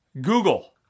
Google